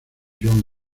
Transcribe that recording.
john